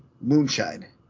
Moonshine